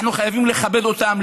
אנחנו חייבים לכבד אותם,